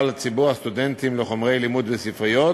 ציבור הסטודנטים לחומרי לימוד וספריות,